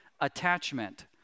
attachment